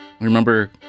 remember